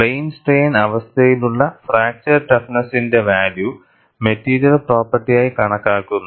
plain strain അവസ്ഥയിലുള്ള fracture ടഫ്നെസ്സിന്റെ value material പ്രോപ്പർട്ടിയായി കണക്കാക്കുന്നു